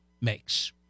makes